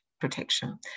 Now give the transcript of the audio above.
protection